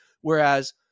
Whereas